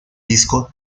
disco